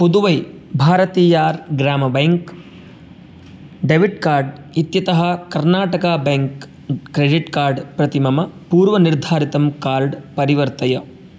पुदुवै भारतीयः ग्राम bank debit card इत्यतः कर्नाटकः बेङ्क् क्रेडिट् कार्ड् प्रति मम पूर्वनिर्धारितं कार्ड् परिवर्तय